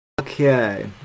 Okay